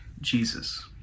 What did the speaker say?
Jesus